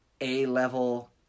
A-level